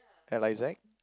L I Z